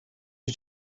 you